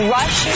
Rush